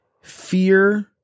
fear